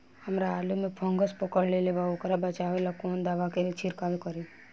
हमरा आलू में फंगस पकड़ लेले बा वोकरा बचाव ला कवन दावा के छिरकाव करी?